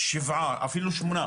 שבעה אפילו שמונה,